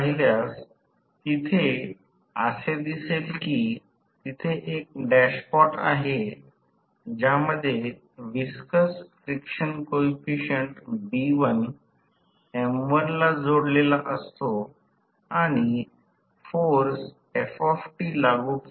हे ऐकताना कृपया सोप सर्किट आणि तो येथे रेखाटलेला मार्ग काढा आणि त्यानुसार जे थेव्हिनिन r1 j x1जे j x m मीटरला समांतर सापडेल अशा गोष्टी शोधून काढा